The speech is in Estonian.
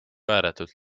ääretult